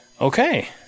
Okay